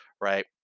right